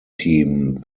team